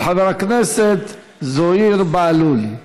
של חבר הכנסת זוהיר בהלול.